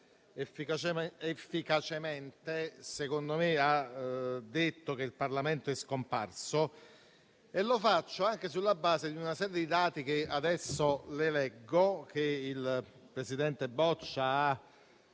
efficacemente - secondo me - ha detto che il Parlamento è scomparso. E lo faccio anche sulla base di una serie di dati che adesso le leggo, che il presidente Boccia ha